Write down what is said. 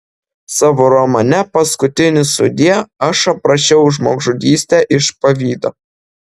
savo romane paskutinis sudie aš aprašiau žmogžudystę iš pavydo